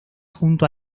junto